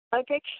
Okay